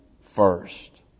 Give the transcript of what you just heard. first